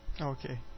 Okay